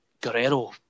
Guerrero